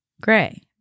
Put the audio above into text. gray